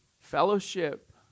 Fellowship